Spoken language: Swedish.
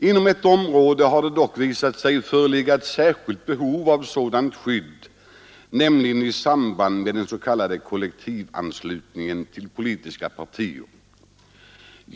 Inom ett område har det dock visat sig föreligga ett särskilt behov av sådant skydd, nämligen i samband med den s.k. kollektivanslutningen till politiska partier.